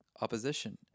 opposition